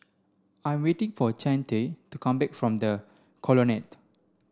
I'm waiting for Chante to come back from The Colonnade